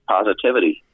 Positivity